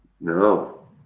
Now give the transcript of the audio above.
No